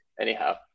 anyhow